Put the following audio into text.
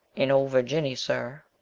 in old virginny, sir.